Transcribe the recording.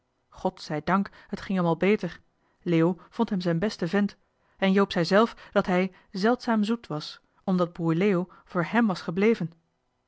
god zij dank het ging hem al beter leo vond hem zijn besten vent en joop zei zelf dat hij zeldzaam zoet was omdat broer leo voor hèm was gebleven